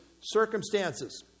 circumstances